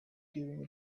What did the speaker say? giving